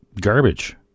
garbage